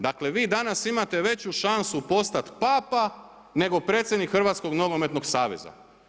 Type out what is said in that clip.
Dakle vi danas imate veću šansu postati papa nego predsjednik Hrvatskog nogometnog saveza.